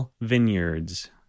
Vineyards